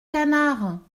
canards